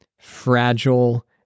fragile